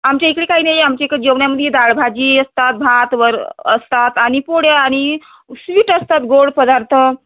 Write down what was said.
आमच्या इकडे काही नाही आमच्या इकडे जेवणामध्ये दाळभाजी असतात भात वर असतात आणि पोळ्या आणि स्वीट असतात गोड पदार्थ